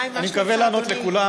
אדוני היושב-ראש,